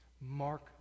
Mark